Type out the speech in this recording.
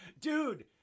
dude